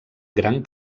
gran